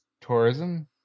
tourism